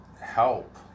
help